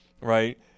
right